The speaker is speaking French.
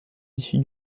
issu